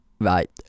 Right